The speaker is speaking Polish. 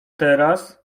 teraz